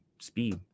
speed